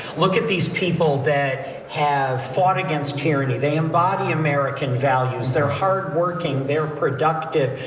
look at these people that have fought against tyranny they embody american values they're hard working, they're productive,